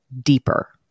deeper